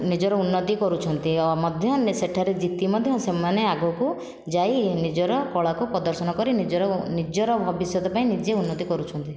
ନିଜର ଉନ୍ନତି କରୁଛନ୍ତି ମଧ୍ୟ ସେଠାରେ ଜିତି ମଧ୍ୟ ସେମାନେ ଆଗକୁ ଯାଇ ନିଜର କଳାକୁ ପ୍ରଦର୍ଶନ କରି ନିଜର ନିଜର ଭବିଷ୍ୟତ ପାଇଁ ନିଜେ ଉନ୍ନତି କରୁଛନ୍ତି